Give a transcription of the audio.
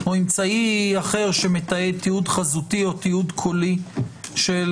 או אמצעי אחר שמתעד תיעוד חזותי או תיעוד קולי של